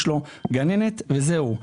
יש לו גננת וזהו.